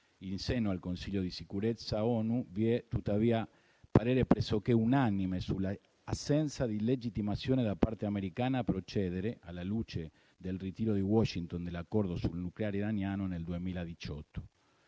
In seno al Consiglio di sicurezza dell'ONU vi è tuttavia un parere pressoché unanime sull'assenza di legittimazione da parte americana a procedere, alla luce del ritiro di Washington dell'Accordo sul nucleare iraniano nel 2018.